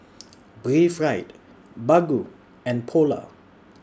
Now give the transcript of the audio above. Breathe Right Baggu and Polar